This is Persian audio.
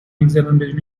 میگذرن، بدون